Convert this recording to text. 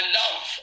love